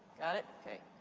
got it? okay.